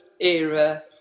era